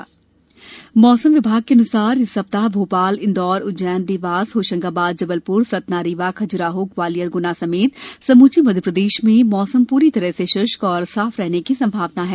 मौसम मौसम विभाग के अनुसार इस सप्ताह भोपाल इंदौर उज्जैन देवास होशंगाबाद जबलपुर सतना रीवा खजुराहो ग्वालियर गुना समेत समूचे मध्य प्रदेश में मौसम पूरी तरह से शुष्क और साफ रहने की संभावना है